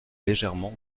légèrement